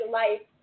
life